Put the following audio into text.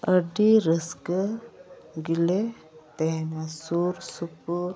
ᱟᱹᱰᱤ ᱨᱟᱹᱥᱠᱟᱹ ᱜᱮᱞᱮ ᱛᱮᱦᱮᱱᱟ ᱥᱩᱨᱥᱩᱯᱩᱨ